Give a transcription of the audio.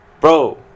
bro